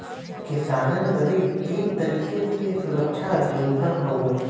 किसानन बदे एक तरीके के सुरक्षा योजना हउवे